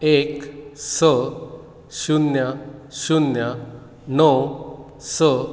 एक स शुन्य शुन्य णव स